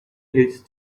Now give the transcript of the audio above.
his